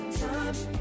time